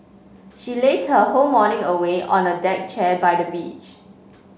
she lazed her whole morning away on a deck chair by the beach